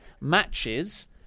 matches